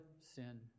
sin